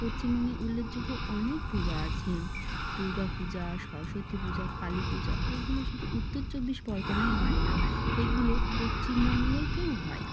পশ্চিমবঙ্গে উল্লেখযোগ্য অনেক পূজা আছে দূর্গা পূজা সরস্বতী পূজা কালী পূজা এগুলো শুধু উত্তর চব্বিশ পরগনায় হয় না এগুলো পশ্চিমবঙ্গতেও হয়